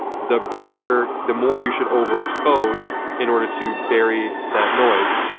the brighter, the more you should overexpose in order to bury that noise.